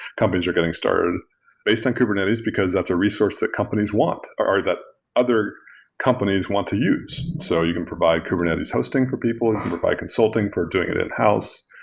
companies are getting started based on kubernetes because that's a resource that companies want or that other companies want to use. so you can provide kubernetes hosting for people, you can provide consulting for doing it in-house,